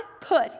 put